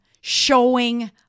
showing